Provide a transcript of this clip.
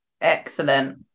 excellent